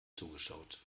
zugeschaut